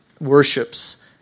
worships